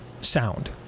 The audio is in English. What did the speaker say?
sound